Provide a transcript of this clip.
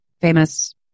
famous